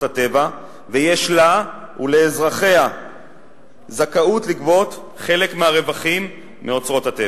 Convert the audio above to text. הטבע ויש לה ולאזרחיה זכאות לגבות חלק מהרווחים מאוצרות הטבע,